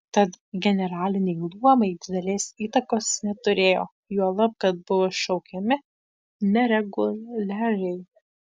tad generaliniai luomai didelės įtakos neturėjo juolab kad buvo šaukiami nereguliariai